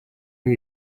new